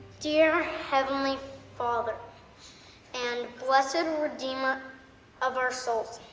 dear heavenly father and blessed redeemer of our souls,